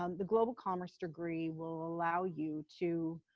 um the global commerce degree will allow you to